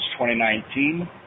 2019